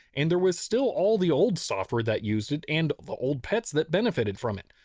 and there was still all the old software that used it and the old pets that benefited from it.